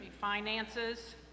Finances